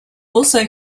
also